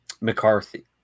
McCarthy